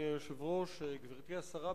גברתי השרה,